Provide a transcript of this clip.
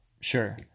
sure